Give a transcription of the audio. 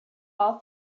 all